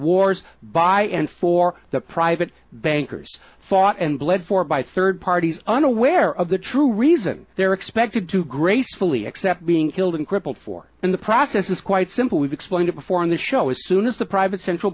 wars by and for the private bankers fought and bled for by third parties unaware of the true reason they're expected to gracefully accept being killed and crippled for in the process is quite simple we've explained it before on the show as soon as the private central